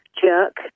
jerk